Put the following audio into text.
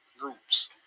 groups